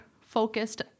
focused